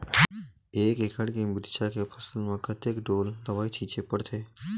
एक एकड़ के मिरचा के फसल म कतेक ढोल दवई छीचे पड़थे?